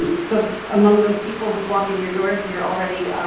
and so among those people who walk in your doors, you're already,